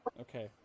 Okay